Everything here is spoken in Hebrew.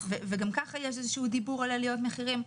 וגם ככה יש איזשהו דיבור על עליות מחירים.